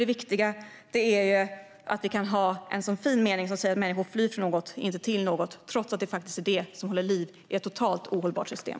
De övriga partierna menar i stället att det viktiga finns i den fina meningen att "människor flyr från något, inte till något", trots att det faktiskt är detta som håller liv i ett totalt ohållbart system.